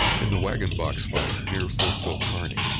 in the wagon box fight, near fort phil kearny,